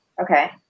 Okay